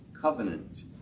covenant